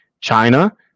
China